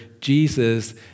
Jesus